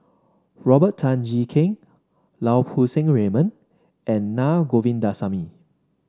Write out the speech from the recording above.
Robert Tan Jee Keng Lau Poo Seng Raymond and Naa Govindasamy